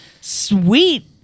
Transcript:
sweet